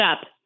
up